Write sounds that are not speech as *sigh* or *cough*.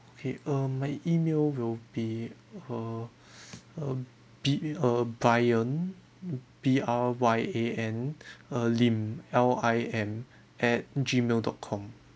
okay um my email will be uh uh b~ uh bryan B R Y A N *breath* uh lim L I M at gmail dot com